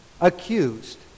accused